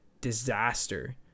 disaster